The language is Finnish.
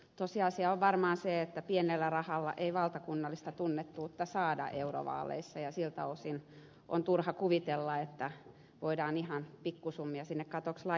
tosiasia on varmaan se että pienellä rahalla ei valtakunnallista tunnettuutta saada eurovaaleissa ja siltä osin on turha kuvitella että voidaan ihan pikkusummia sinne katoksi laittaa